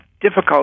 difficult